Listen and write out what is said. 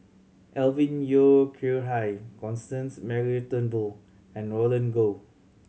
Alvin Yeo Khirn Hai Constance Mary Turnbull and Roland Goh